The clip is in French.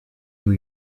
new